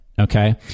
Okay